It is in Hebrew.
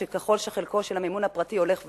שככל שחלקו של המימון הפרטי הולך ועולה,